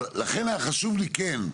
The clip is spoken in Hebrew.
לכן היה חשוב לי כן,